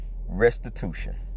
Restitution